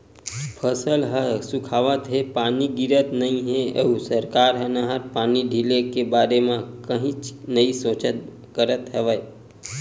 फसल ह सुखावत हे, पानी गिरत नइ हे अउ सरकार ह नहर पानी ढिले के बारे म कहीच नइ सोचबच करत हे